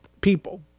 people